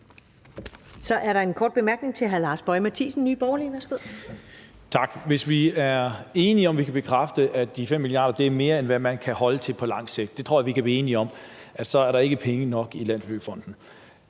Nye Borgerlige. Værsgo. Kl. 15:56 Lars Boje Mathiesen (NB): Tak. Hvis vi er enige om, at vi kan bekræfte, at de 5 mia. kr. er mere, end hvad man kan holde til på lang sigt, så tror jeg, vi kan blive enige om, at der ikke er penge nok i Landsbyggefonden.